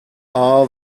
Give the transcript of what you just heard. all